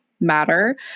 matter